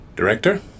Director